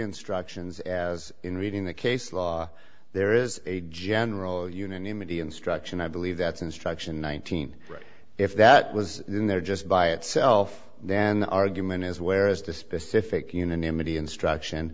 instructions as in reading the case law there is a general unanimity instruction i believe that's instruction nineteen right if that was in there just by itself then argument as well as to specific unanimity instruction